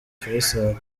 fayisali